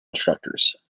instructors